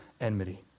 enmity